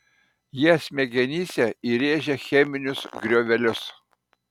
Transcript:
jie smegenyse įrėžia cheminius griovelius